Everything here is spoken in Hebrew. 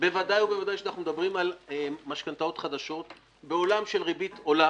בוודאי ובוודאי כשאנחנו מדברים על משכנתאות חדשות בעולם של ריבית עולה